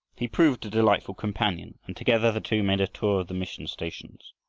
he proved a delightful companion, and together the two made a tour of the mission stations.